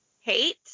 hate